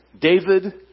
David